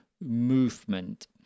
Movement